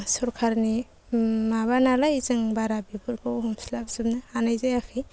सरकारनि माबा नालाय जों बारा बेफोरखौ हमस्लाबजोबनो हानाय जायाखै